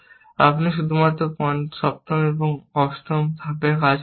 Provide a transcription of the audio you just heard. আপনি শুধুমাত্র সপ্তম এবং অষ্টম ধাপে কাজ করছেন